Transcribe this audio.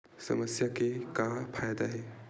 समस्या के का फ़ायदा हे?